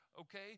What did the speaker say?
okay